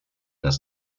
das